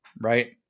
Right